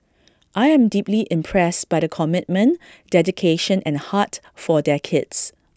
I am deeply impressed by the commitment dedication and heart for their kids